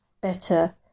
better